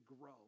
grow